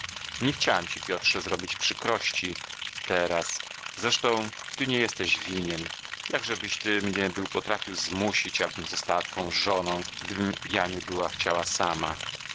nie chciałam ci piotrze zrobić przykrości teraz zresztą ty nie jesteś winien jakże byś ty mnie był potrafił zmusić abym została twą żoną gdybym ja nie była chciała sama